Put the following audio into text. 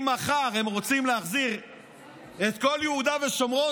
אם מחר הם רוצים להחזיר את כל יהודה ושומרון,